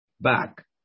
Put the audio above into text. back